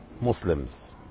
Muslims